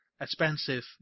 expensive